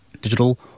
digital